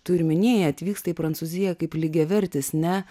tu ir minėjai atvyksta į prancūziją kaip lygiavertis ne